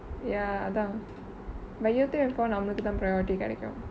ya அதா:athaa but year three அப்போ நமலுக்குதா:appo namalukuthaa priority கடைகொ:kadaikko